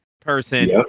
person